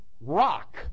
rock